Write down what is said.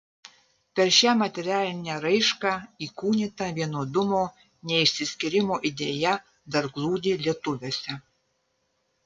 per šią materialinę raišką įkūnyta vienodumo neišsiskyrimo idėja dar glūdi lietuviuose